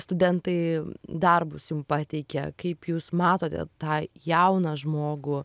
studentai darbus jum pateikia kaip jūs matote tą jauną žmogų